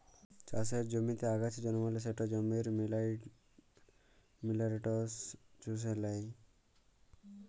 চাষের জমিতে আগাছা জল্মালে সেট জমির মিলারেলস চুষে লেই